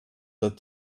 that